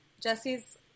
jesse's